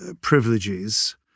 privileges